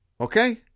okay